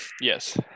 Yes